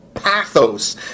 pathos